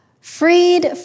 freed